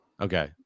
Okay